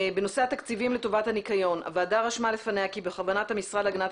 בנושא התקציבים לטובת הניקיון הוועדה רשמה לפניה כי בכוונת המשרד להגנת